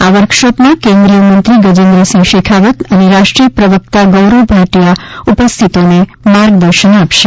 આ વર્કશોપમાં કેન્દ્રિય મંત્રી ગર્જેન્દ્રસિંહ શેખાવત અને રાષ્ટ્રીય પ્રવક્તા ગૌરવ ભાટીયા ઉપસ્થિતોને માર્ગદર્શન આપશે